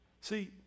See